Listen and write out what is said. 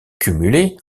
cumulé